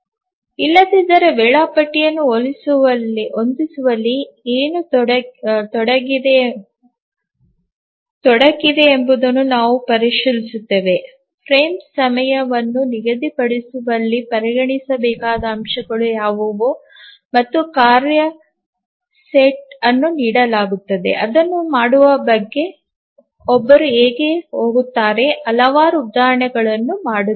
ಇದಲ್ಲದೆ ವೇಳಾಪಟ್ಟಿಯನ್ನು ಹೊಂದಿಸುವಲ್ಲಿ ಏನು ತೊಡಗಿದೆ ಎಂಬುದನ್ನು ನಾವು ಪರಿಶೀಲಿಸುತ್ತೇವೆ ಫ್ರೇಮ್ ಸಮಯವನ್ನು ನಿಗದಿಪಡಿಸುವಲ್ಲಿ ಪರಿಗಣಿಸಬೇಕಾದ ಅಂಶಗಳು ಯಾವುವು ಮತ್ತು ಕಾರ್ಯ ಸೆಟ್ ಅನ್ನು ನೀಡಲಾಗುತ್ತದೆ ಅದನ್ನು ಮಾಡುವ ಬಗ್ಗೆ ಒಬ್ಬರು ಹೇಗೆ ಹೋಗುತ್ತಾರೆ ಹಲವಾರು ಉದಾಹರಣೆಗಳನ್ನು ಮಾಡುತ್ತಾರೆ